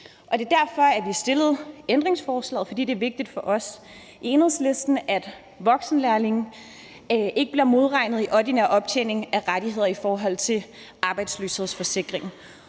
det var derfor, at vi stillede ændringsforslaget. Det er, fordi det er vigtigt for os i Enhedslisten, at voksenlærlinge ikke bliver modregnet i ordinær optjening af rettigheder i forhold til arbejdsløshedsforsikringen.